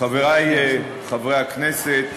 חברי חברי הכנסת,